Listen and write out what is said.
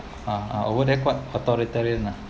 ah ah over there quite authoritarian lah